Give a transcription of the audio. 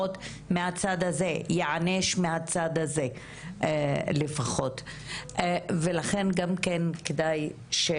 ולכן גם כן כדאי שאחר כך אנחנו ננהל שיחה גם כן על העדות.